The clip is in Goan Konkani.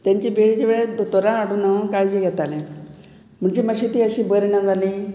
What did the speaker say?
तांचे वेळचे वेळ दोतोरां हाडून हांव काळजी घेतालें म्हणजे मातशी ती अशी बरी ना जाली